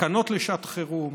תקנות לשעת חירום,